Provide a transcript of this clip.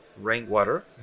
rainwater